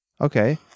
Okay